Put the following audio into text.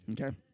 Okay